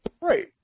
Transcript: Right